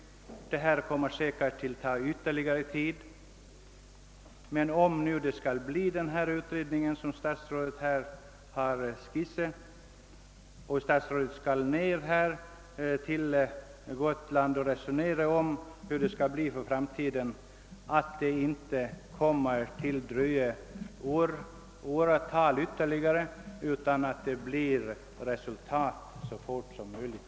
Lösningen av dessa trafikproblem kommer säkerligen att ta ytterligare tid, men om den utredningen kommer att tillsättas — som statsrådet här skisserat — och statsrådet kommer till Gotland för att resonera om hur frågorna skall lösas i framtiden, hoppas jag att det inte kommer att dröja åratal utan att man kan komma fram till ett resultat så snart som möjligt.